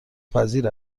پذیر